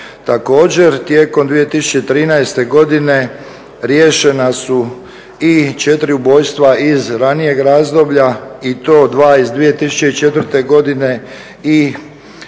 također tijekom 2013.godine riješena su i 4 ubojstva iz ranijeg razdoblja i to dva iz 2004.godine i